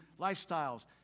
lifestyles